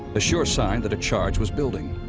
a sure sign that a charge was building